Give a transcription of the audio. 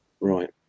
Right